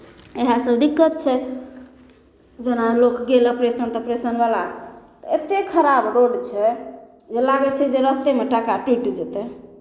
इएहसभ दिक्कत छै जेना लोक गेल ऑपरेशन तोपरेशनवला तऽ एतेक खराब रोड छै जे लागै छै जे रस्तेमे टाँका टूटि जेतै